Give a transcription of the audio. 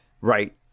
Right